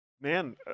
man